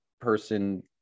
person